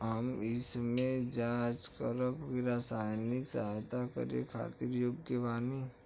हम कइसे जांच करब की सामाजिक सहायता करे खातिर योग्य बानी?